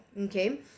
Okay